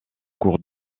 cours